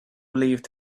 believed